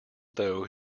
though